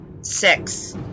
Six